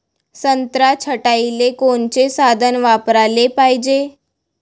संत्रा छटाईले कोनचे साधन वापराले पाहिजे?